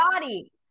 body